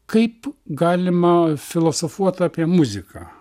kaip galima filosofuot apie muziką